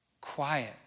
quiet